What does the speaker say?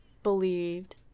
believed